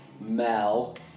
Mel